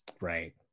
Right